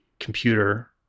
computer